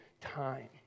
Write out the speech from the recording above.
time